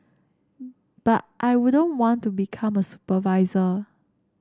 but I wouldn't want to become a supervisor